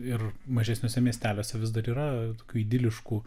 ir mažesniuose miesteliuose vis dar yra tokių idiliškų